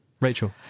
Rachel